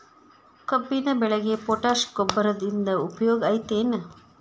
ಕಬ್ಬಿನ ಬೆಳೆಗೆ ಪೋಟ್ಯಾಶ ಗೊಬ್ಬರದಿಂದ ಉಪಯೋಗ ಐತಿ ಏನ್?